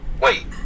Wait